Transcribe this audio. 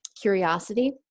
curiosity